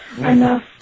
enough